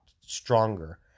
stronger